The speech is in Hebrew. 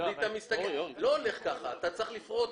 זה לא הולך ככה, אתה צריך לפרוט.